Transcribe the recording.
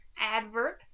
Adverb